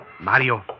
Mario